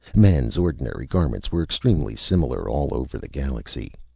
men's ordinary garments were extremely similar all over the galaxy.